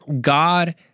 God